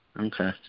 Okay